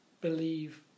believe